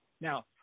Now